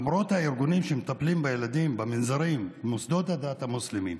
למרות הארגונים שמטפלים בילדים במנזרים ובמוסדות הדת המוסלמיים,